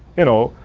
you know,